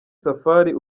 safari